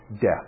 death